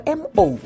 m-o